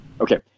okay